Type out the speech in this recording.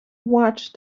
watched